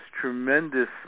tremendous